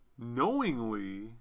knowingly